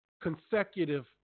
Consecutive